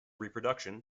reproduction